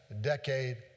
decade